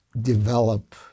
develop